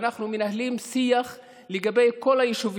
ואנחנו מנהלים שיח לגבי כל היישובים.